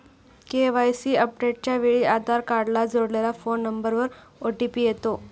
KYC अपडेटच्या वेळी आधार कार्डला जोडलेल्या फोन नंबरवर ओ.टी.पी येतो